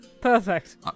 perfect